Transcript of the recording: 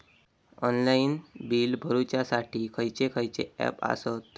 Online bill भरुच्यासाठी खयचे खयचे ऍप आसत?